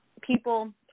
people